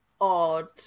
odd